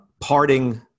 parting